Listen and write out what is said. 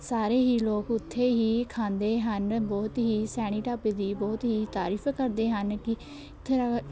ਸਾਰੇ ਹੀ ਲੋਕ ਉੱਥੇ ਹੀ ਖਾਂਦੇ ਹਨ ਬਹੁਤ ਹੀ ਸੈਣੀ ਢਾਬੇ ਦੀ ਬਹੁਤ ਹੀ ਤਾਰੀਫ਼ ਕਰਦੇ ਹਨ ਕਿ ਉੱਥੇ ਦਾ